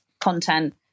content